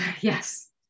Yes